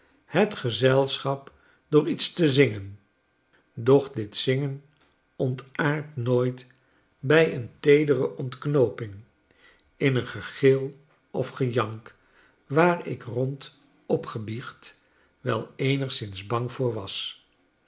het gezelschap door iets te zingen doch dit zingen ontaard nooit bij een teedere ontknooping in eengegilof gejank waarik rond opgebiecht wel eenigszins bang voor was